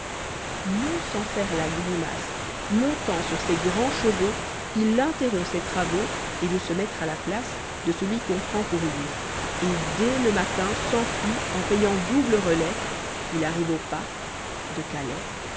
non sans faire la grimace montant sur ses grands chevaux il interrompt ses travaux et veut se mettre à la place de celui qu'on prend pour lui et dès le matin s'enfuit en payant double relais arrive au pas de calais